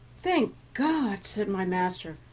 thank god! said my master.